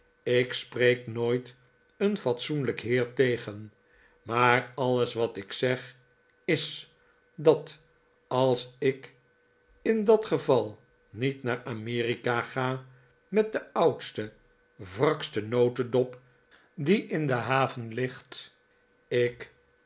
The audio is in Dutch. ik spreek nooit een fatsoenlijk heer tegen maar alles wat ik zeg is dat als ik in dat geval niet naar amerika ga met den oudsten wraksten notedop die in de haven ligt ik